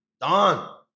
Don